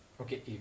okay